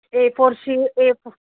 A four she A